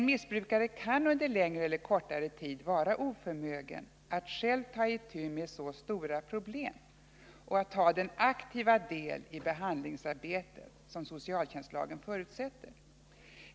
En missbrukare kan under längre eller kortare tid vara oförmögen att själv ta itu med så stora problem och ta den aktiva del i behandlingsarbetet som socialtjänstlagen förutsätter.